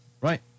Right